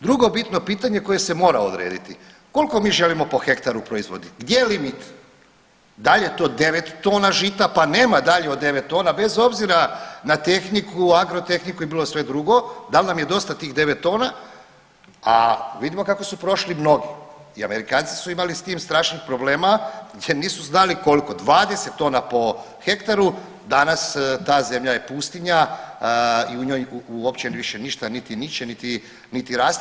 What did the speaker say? Drugo bitno pitanje koje se mora odrediti, koliko mi želimo po hektaru proizvoditi, gdje je limit, dal je to 9 tona žita, pa nema dalje od 9 tona bez obzira na tehniku, agrotehniku i bilo sve drugo, dal nam je dosta tih 9 tona a vidimo kako su prošli mnogi i Amerikanci su imali s njim strašnih problema jer nisu znali koliko 20 tona po hektaru danas ta zemlja je pustinja i u njoj uopće više ništa niti niče, niti raste.